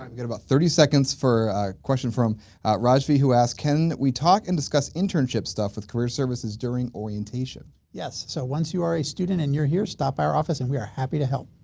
um about thirty seconds for a question from rajvi who asked, can we talk and discuss internship stuff with career services during orientation? yes. so once you are a student and you're here stop by our office and we are happy to help.